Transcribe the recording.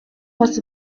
was